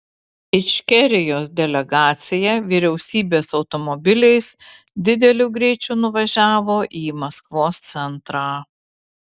ičkerijos delegacija vyriausybės automobiliais dideliu greičiu nuvažiavo į maskvos centrą